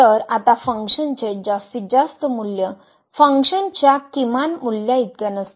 तर आता फंक्शनचे जास्तीत जास्त मूल्य फंक्शनच्या किमान मूल्याइतके नसते